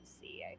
see